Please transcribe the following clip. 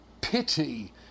pity